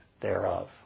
thereof